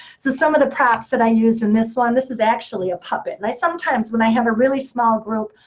so some of the props that i used in this one this is actually a puppet. and sometimes when i have a really small group,